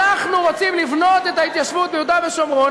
אנחנו רוצים לבנות את ההתיישבות ביהודה ושומרון,